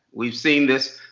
we've seen this.